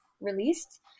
released